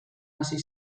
hasi